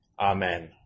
Amen